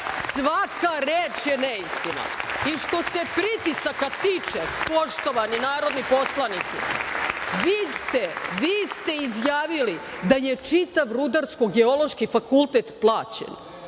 Svaka reč je neistina. Što se pritisaka tiče, poštovani narodni poslanici, vi ste izjavili da je čitav Rudarsko-geološki fakultet plaćen.